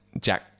Jack